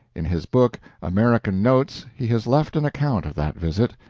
in his book american notes he has left an account of that visit.